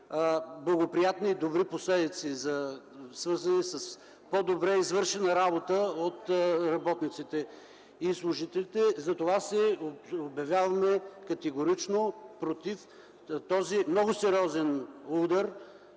благоприятни добри последици, свързани с по-добре свършена работа от работниците и служителите. Затова се обявяваме категорично „против” този много сериозен удар